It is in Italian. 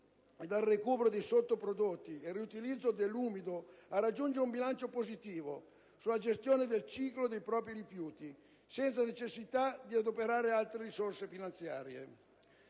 dal recupero dei sottoprodotti e dal riutilizzo dell'umido, a raggiungere un bilancio positivo della gestione del ciclo dei propri rifiuti, senza necessità di adoperare altre risorse finanziarie.